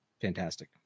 Fantastic